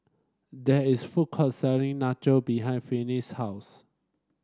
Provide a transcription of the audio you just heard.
there is food court selling Nacho behind Finis' house